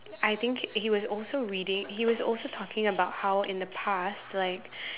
I think he was also reading he was also talking about how in the past like